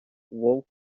вовк